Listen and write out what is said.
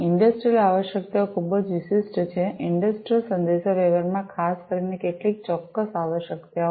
industrial આવશ્યકતાઓ ખૂબ જ વિશિષ્ટ છે ઇંડસ્ટ્રિયલ સંદેશાવ્યવહારમાં ખાસ કરીને કેટલીક ચોક્કસ આવશ્યકતાઓ હોય છે